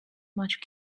much